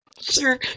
Sure